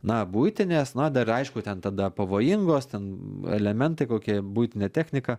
na buitinės na dar aišku ten tada pavojingos ten elementai kokie buitinė technika